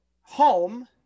home